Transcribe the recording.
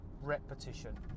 Repetition